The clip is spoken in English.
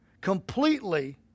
completely